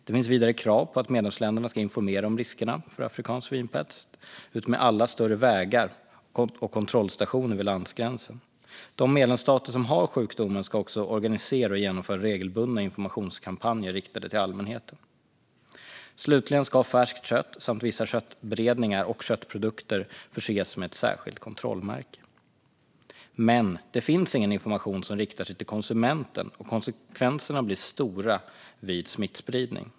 Det finns vidare krav på att medlemsländerna ska informera om riskerna för afrikansk svinpest utmed alla större vägar och kontrollstationer vid landsgränsen. De medlemsstater som har sjukdomen ska också organisera och genomföra regelbundna informationskampanjer riktade till allmänheten. Slutligen ska färskt kött samt vissa köttberedningar och köttprodukter förses med ett särskilt kontrollmärke. Men det finns ingen information som riktar sig till konsumenten, och konsekvenserna blir stora vid smittspridning.